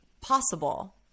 possible